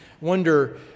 wonder